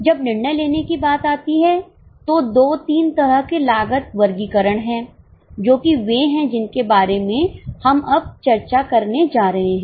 जब निर्णय लेने की बात आती है तो दो तीन तरह के लागत वर्गीकरण हैं जो कि वे हैं जिनके बारे में हम अब चर्चा करने जा रहे हैं